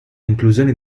inclusione